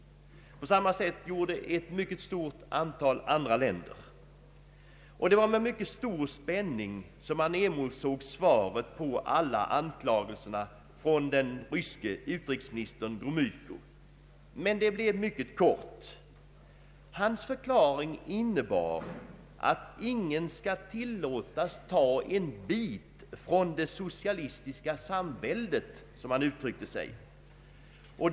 På samma sätt gjorde ett mycket stort antal andra länder. Det var med mycket stor spänning man emotsåg svaret på alla anklagelserna från den ryske utrikesministern Gromyko, men det blev mycket kort. Hans förklaring innebar att ingen skall tillåtas ta en bit från det socialistiska samväldet, som han uttryckte sig.